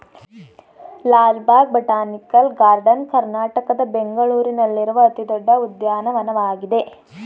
Lal Bagh botanical garden ಕರ್ನಾಟಕದ ಬೆಂಗಳೂರಿನಲ್ಲಿರುವ ಅತಿ ದೊಡ್ಡ ಉದ್ಯಾನವನವಾಗಿದೆ